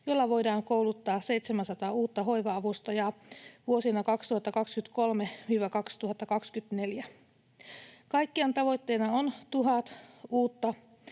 jolla voidaan kouluttaa 700 uutta hoiva-avustajaa vuosina 2023—2024. Kaikkiaan tavoitteena on tuhannen